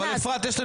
אנס.